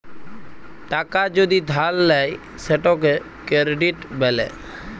টাকা যদি ধার লেয় সেটকে কেরডিট ব্যলে